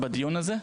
בדיון הזה?